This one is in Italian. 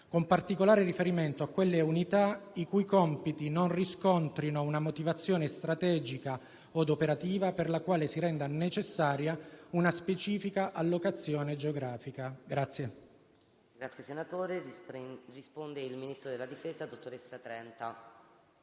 con particolare riferimento a quelle unità i cui compiti non riscontrino una motivazione strategica od operativa per la quale si renda necessaria una specifica allocazione geografica. PRESIDENTE. Il ministro della difesa, professoressa Trenta,